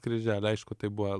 kryželį aišku tai buvo